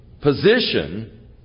position